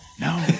No